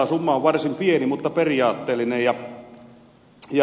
summa on varsin pieni mutta periaatteellinen